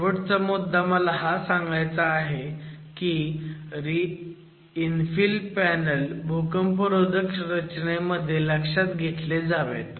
शेवटचा मुद्दा मला हा सांगायचा आहे की हे इन्फिल पॅनल भूकंपरोधक रचनेमध्ये लक्षात घेतले जावेत